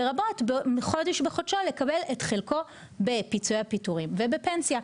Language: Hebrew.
לרבות חודש בחודשו לקבל את חלקו בפיצויי הפיטורים ובפנסיה.